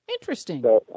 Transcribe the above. Interesting